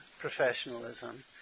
professionalism